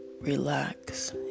relax